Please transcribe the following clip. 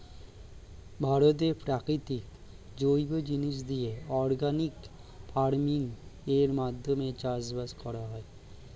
ভারতে প্রাকৃতিক জৈব জিনিস দিয়ে অর্গানিক ফার্মিং এর মাধ্যমে চাষবাস করা হয়